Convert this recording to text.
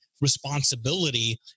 responsibility